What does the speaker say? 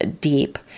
deep